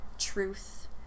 truth